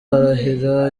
barahira